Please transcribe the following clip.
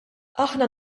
aħna